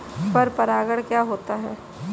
पर परागण क्या होता है?